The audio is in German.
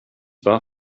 war